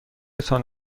تان